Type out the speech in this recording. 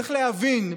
צריך להבין,